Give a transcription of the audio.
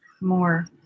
more